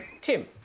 Tim